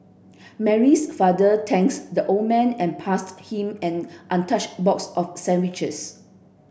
Mary's father thanks the old man and passed him an untouched box of sandwiches